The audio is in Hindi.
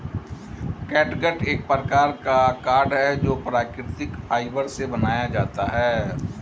कैटगट एक प्रकार का कॉर्ड है जो प्राकृतिक फाइबर से बनाया जाता है